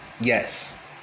Yes